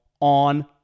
on